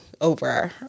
over